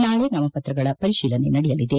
ನಾಳಿ ನಾಮಪತ್ರಗಳ ಪರಿಶೀಲನೆ ನಡೆಯಲಿದೆ